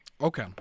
Okay